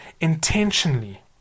intentionally